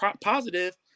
positive